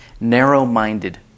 Narrow-minded